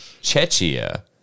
Chechia